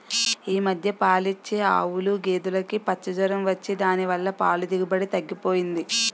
ఈ మధ్య పాలిచ్చే ఆవులు, గేదులుకి పచ్చ జొరం వచ్చి దాని వల్ల పాల దిగుబడి తగ్గిపోయింది